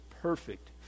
perfect